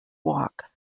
walk